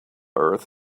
earth